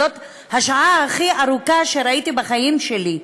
זאת השעה הכי ארוכה שראיתי בחיים שלי.